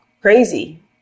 crazy